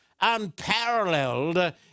unparalleled